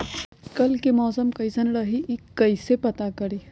कल के मौसम कैसन रही कई से पता करी?